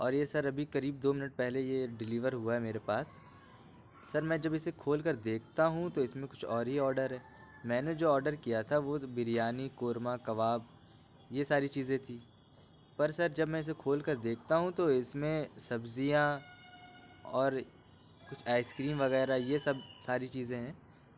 اور یہ سر قریب ابھی دو منٹ پہلے کہ ڈلیور ہُوا ہے میرے پاس سر میں جب اِسے کھول کر دیکھتا ہوں تو اِس میں کچھ اور ہی آڈر ہے میں نے جو آڈر کیا تھا وہ بریانی قورمہ کباب یہ ساری چیزیں تھی پر سر جب میں اِسے کھول کر دیکھتا ہوں تو اِس میں سبزیاں اور کچھ آئس کریم وغیرہ یہ سب ساری چیزیں ہیں